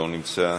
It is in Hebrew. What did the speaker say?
לא נמצא,